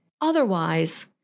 Otherwise